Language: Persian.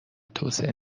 توسعه